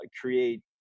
create